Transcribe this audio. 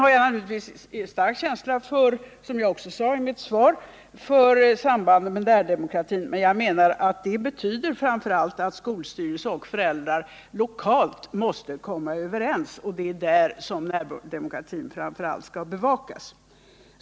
Jag har naturligtvis — som jag också sade i mitt svar — en mycket stark känsla för sambandet med närdemokratin, men jag menar att den framför allt betyder att skolstyrelse och föräldrar lokalt måste komma överens, och det är lokalt närdemokratin framför allt skall bevakas.